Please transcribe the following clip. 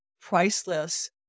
priceless